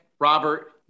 Robert